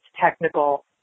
technical